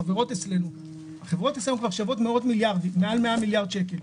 החברות אצלנו שוות כבר מעל 100 מיליארד שקל.